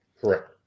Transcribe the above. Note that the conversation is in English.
Correct